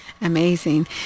Amazing